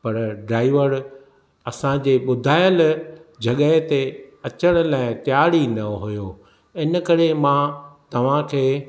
पर ड्राईवर असांजे ॿुधायल जॻहि ते अचण लाइ तियार ई न हुयो इन करे मां तव्हां खे